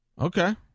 Okay